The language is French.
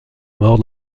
morts